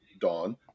dawn